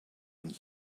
and